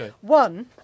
one